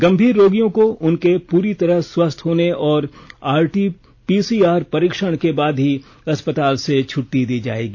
गंभीर रोगियों को उनके पूरी तरह स्वस्थ होने और आरटी पीसीआर परीक्षण के बाद ही अस्पताल से छट्टी दी जाएगी